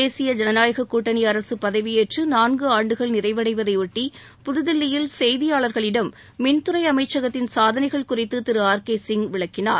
தேசிய ஜனநாயகக் கூட்டணி அரசு பதவியேற்று நான்கு ஆண்டுகள் நிறைவடைவதையொட்டி புதுதில்லியில் செய்தியாளர்களிடம் மின்துறை அமைச்சகத்தின் சாதனைகள் குறித்து திரு ஆர் கே சிங் விளக்கினார்